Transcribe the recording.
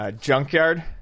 Junkyard